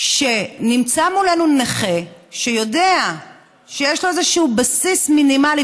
כשנמצא מולנו נכה שיודע שיש לו איזשהו בסיס מינימלי,